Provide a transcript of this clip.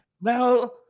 now